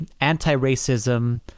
anti-racism